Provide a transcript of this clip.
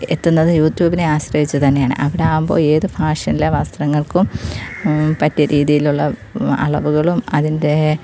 എത്തുന്നത് യൂറ്റൂബിനെ ആശ്രയിച്ച് തന്നെയാണ് അവിടെയാകുമ്പോൾ ഏതു ഫാഷനിലെ വസ്ത്രങ്ങൾക്കും പറ്റിയ രീതിയിലുള്ള അളവുകളും അതിൻ്റെ